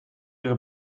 ihre